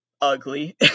ugly